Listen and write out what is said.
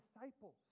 disciples